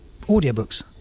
audiobooks